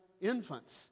infants